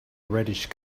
reddish